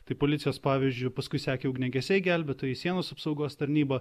tai policijos pavyzdžiu paskui sekė ugniagesiai gelbėtojai sienos apsaugos tarnyba